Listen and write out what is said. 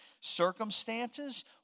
Circumstances